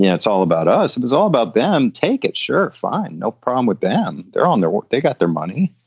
yeah it's all about us. it was all about them. take it. sure. fine. no problem with them. they're on their way. they got their money.